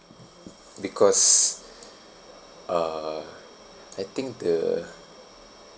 because uh I think uh